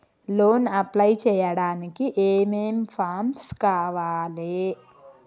Loan apply చేయడానికి ఏం ఏం ఫామ్స్ కావాలే?